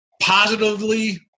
positively